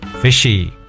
fishy